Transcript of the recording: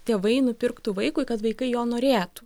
tėvai nupirktų vaikui kad vaikai jo norėtų